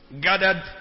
gathered